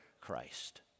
Christ